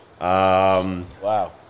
Wow